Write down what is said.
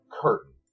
Curtain